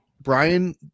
brian